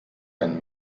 ein